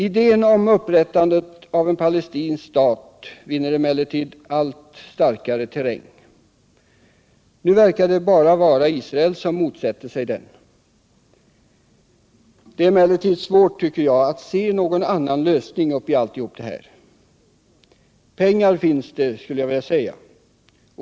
Idén om upprättandet av en palestinsk stat vinner terräng allt starkare. Nu verkar det bara vara Israel som motsätter sig den. Det är emellertid svårt, tycker jag, att se någon annan lösning. Pengar finns.